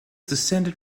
descended